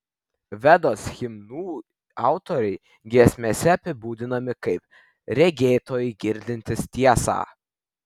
vedos himnų autoriai giesmėse apibūdinami kaip regėtojai girdintys tiesą